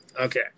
Okay